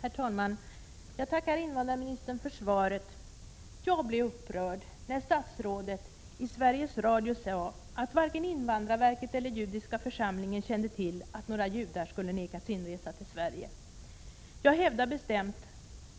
Herr talman! Jag tackar invandrarministern för svaret. Jag blev upprörd när statsrådet i Sveriges Radio sade att varken invandrarverket eller judiska församlingen kände till att några judar skulle ha nekats inresa till Sverige. Jag hävdar bestämt